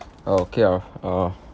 oh okay ah uh